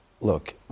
Look